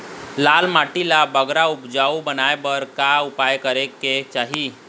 लाल माटी ला बगरा उपजाऊ बनाए बर का उपाय करेक चाही?